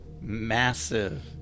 Massive